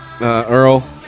Earl